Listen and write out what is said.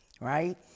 right